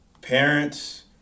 Parents